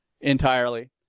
entirely